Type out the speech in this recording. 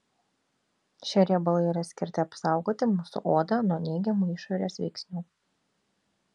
šie riebalai yra skirti apsaugoti mūsų odą nuo neigiamų išorės veiksnių